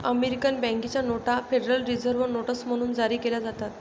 American बँकेच्या नोटा Federal Reserve notes म्हणून जारी केल्या जातात